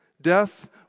Death